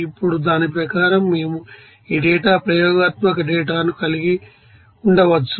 ఇప్పుడు దాని ప్రకారం మేము ఈ డేటా ప్రయోగాత్మక డేటాను కలిగి ఉండవచ్చు